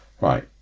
Right